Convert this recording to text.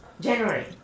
January